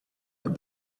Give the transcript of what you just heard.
that